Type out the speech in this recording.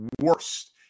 worst